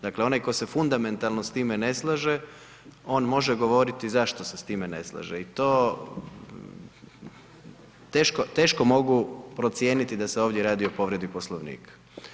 Dakle, onaj tko se fundamentalno s time ne slaže, on može govoriti zašto se s time ne slaže i to, teško mogu procijeniti da se ovdje radi o povredi poslovnika.